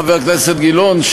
חבר הכנסת גילאון,